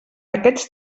aquests